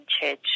church